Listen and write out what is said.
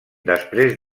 després